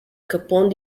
capone